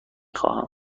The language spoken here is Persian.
خواهم